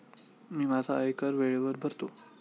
मी माझा आयकर वेळेवर भरतो